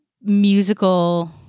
musical